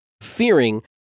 fearing